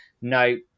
No